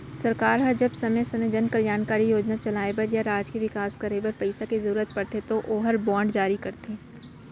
सरकार ह जब समे समे जन कल्यानकारी योजना चलाय बर या राज के बिकास करे बर पइसा के जरूरत परथे तौ ओहर बांड जारी करथे